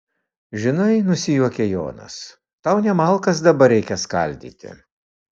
žinai nusijuokia jonas tau ne malkas dabar reikia skaldyti